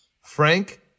Frank